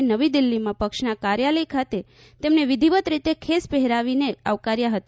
નફાએ નવી દિલ્હીમાં પક્ષના કાર્યાલય ખાતે તેમને વિધિવત રીતે ખેસ પહેરાવાની આવકાર્યા હતા